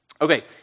Okay